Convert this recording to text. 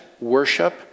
worship